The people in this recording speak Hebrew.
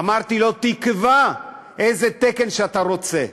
אמרתי לו: תקבע איזה תקן שאתה רוצה,